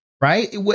right